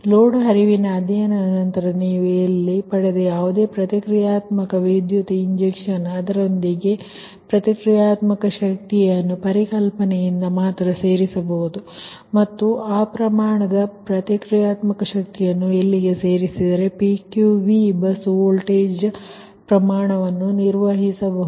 load ಹರಿವಿನ ಅಧ್ಯಯನದ ನಂತರ ನೀವು ಇಲ್ಲಿ ಪಡೆದ ಯಾವುದೇ ಪ್ರತಿಕ್ರಿಯಾತ್ಮಕ ವಿದ್ಯುತ್ ಇಂಜೆಕ್ಷನ್ ಅದರೊಂದಿಗೆ ಪ್ರತಿಕ್ರಿಯಾತ್ಮಕ ಶಕ್ತಿಯನ್ನು ಪರಿಕಲ್ಪನೆಯಿಂದ ಮಾತ್ರ ಸೇರಿಸಬಹುದು ಮತ್ತು ಆ ಪ್ರಮಾಣದ ಪ್ರತಿಕ್ರಿಯಾತ್ಮಕ ಶಕ್ತಿಯನ್ನು ಇಲ್ಲಿಗೆ ಸೇರಿಸಿದರೆ PQV ಬಸ್ ವೋಲ್ಟೇಜ್ ಪ್ರಮಾಣವನ್ನು ನಿರ್ವಹಿಸಬಹುದು